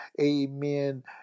amen